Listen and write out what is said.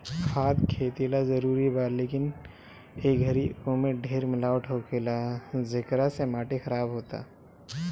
खाद खेती ला जरूरी बा, लेकिन ए घरी ओमे ढेर मिलावट होखेला, जेकरा से माटी खराब होता